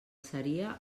seria